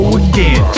again